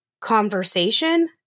conversation –